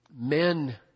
Men